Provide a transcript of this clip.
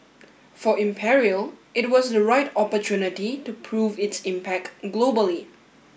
for Imperial it was the right opportunity to prove its impact globally